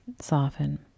soften